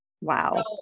Wow